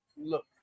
Look